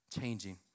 changing